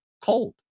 cold